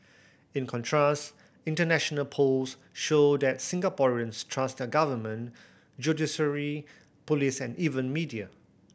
in contrast international polls show that Singaporeans trust their government judiciary police and even media